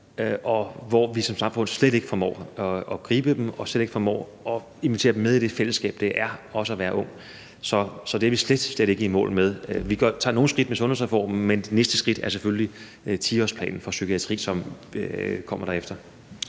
og hvor vi som samfund slet ikke formår at gribe dem og slet ikke formår at invitere dem med i det fællesskab, det er også at være ung. Så det er vi slet, slet ikke i mål med. Vi tager nogle skridt med sundhedsreformen, men det næste skridt, som kommer derefter, er selvfølgelig 10-årsplanen for psykiatri. Kl. 15:03 Tredje